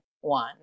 one